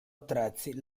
attrezzi